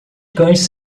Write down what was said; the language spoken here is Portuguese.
cães